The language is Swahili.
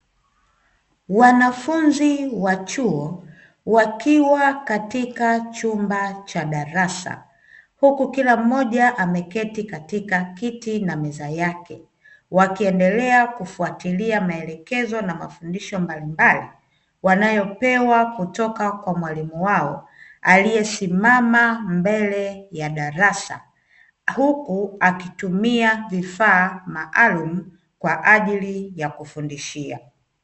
Wanafunzi wa chuo wakiwa katika chumba cha darasa huku kila mmoja ameketi katika kiti na meza yake, wakiendelea kufuatilia maelekezo na mafundisho mbalimbali wanayopewa kutoka kwa mwalimu wao aliyesimama mbele ya darasa, huku akitumia vifaa maalumu kwa ajili ya kufundishia.